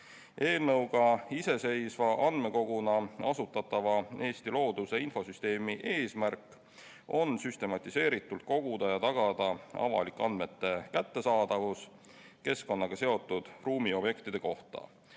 Eelnõuga iseseisva andmekoguna asutatava Eesti looduse infosüsteemi eesmärk on süstematiseeritult koguda ja tagada avalik andmete kättesaadavus [eelnõus loetletud] keskkonnaga seotud ruumiobjektide kohta